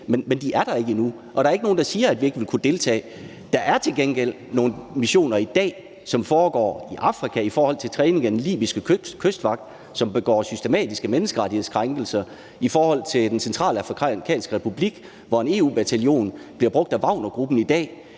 Men de er der ikke endnu, og der er ikke nogen, der siger, at vi ikke vil kunne deltage. Der er til gengæld nogle missioner i dag, som foregår i Afrika i forhold til træning af den libyske kystvagt, som begår systematiske menneskerettighedskrænkelser i forhold til Den Centralafrikanske Republik, hvor en EU-bataljon bliver brugt af Wagnergruppen i dag.